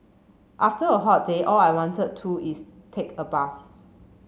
after a hot day all I wanted to is take a bath